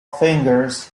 fingers